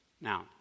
Now